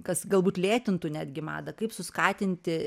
kas galbūt lėtintų netgi madą kaip suskatinti